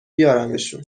بیارمشون